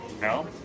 No